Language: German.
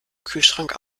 kühlschrank